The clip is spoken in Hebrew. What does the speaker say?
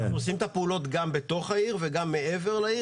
אנחנו עושים את הפעולות גם בתוך העיר וגם מעבר לעיר